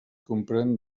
comprèn